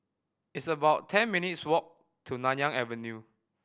it's about ten minutes' walk to Nanyang Avenue